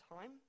time